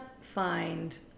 find